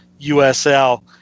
USL